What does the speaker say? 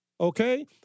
okay